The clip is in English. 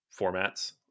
formats